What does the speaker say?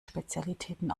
spezialitäten